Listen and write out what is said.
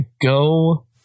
go